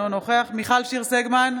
אינו נוכח מיכל שיר סגמן,